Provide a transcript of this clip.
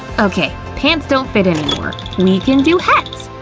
okay, pants don't fit anymore, we can do hats!